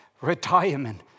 retirement